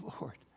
Lord